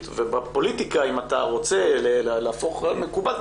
ובפוליטיקה אם אתה רוצה להפוך רעיון למקובל,